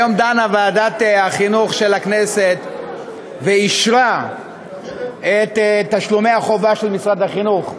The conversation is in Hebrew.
היום דנה ועדת החינוך של הכנסת ואישרה את תשלומי החובה של משרד החינוך.